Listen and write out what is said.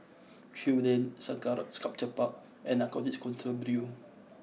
Kew Lane Sengkang Sculpture Park and Narcotics Control Bureau